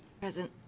Present